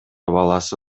баласы